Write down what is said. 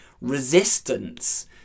resistance